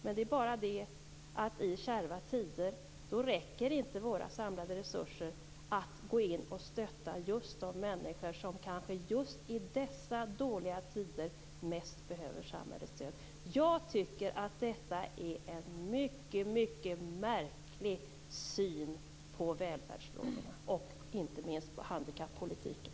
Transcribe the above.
Men det är bara det att i kärva tider räcker inte våra samlade resurser för att stötta de människor som kanske just i dessa dåliga tider bäst behöver samhällets stöd. Jag tycker att detta är en mycket märklig syn på välfärdsfrågorna och inte minst på handikappolitiken.